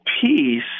peace